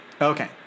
Okay